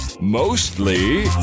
Mostly